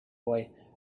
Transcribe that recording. boy